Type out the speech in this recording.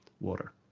water